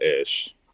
ish